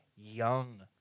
Young